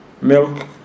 milk